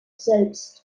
selbst